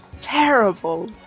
Terrible